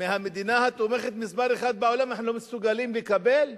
מהמדינה התומכת מספר אחת בעולם אנחנו לא מסוגלים לקבל?